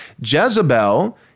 Jezebel